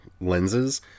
lenses